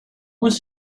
was